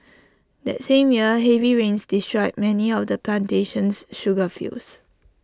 that same year heavy rains destroyed many of the plantation's sugar fields